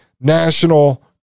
national